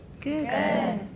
Good